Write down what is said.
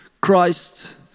Christ